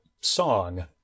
song